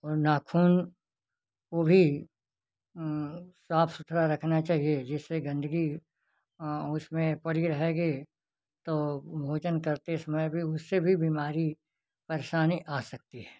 और नाखून को भी साफ़ सुथरा रखना चाहिए जिससे गंदगी उसमें पड़ी रहेगी तो भोजन करते समय भी उससे भी बीमारी परेशानी आ सकती है